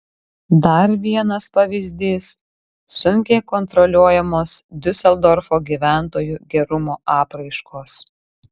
dar vienas pavyzdys sunkiai kontroliuojamos diuseldorfo gyventojų gerumo apraiškos